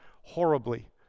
horribly